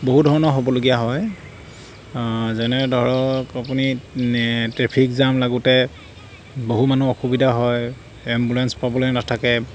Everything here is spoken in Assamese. বহুধৰণৰ হ'বলগীয়া হয় যেনে ধৰক আপুনি ট্ৰেফিক জাম লাগোঁতে বহু মানুহ অসুবিধা হয় এম্বুলেঞ্চ পাবলৈ নাথাকে